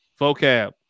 vocab